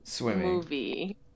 movie